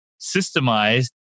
systemized